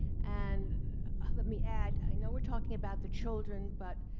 and let me add, i know we're talking about the children. but,